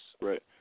Right